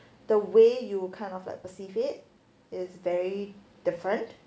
the way you kind of like perceive it is very different